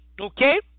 Okay